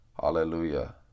Hallelujah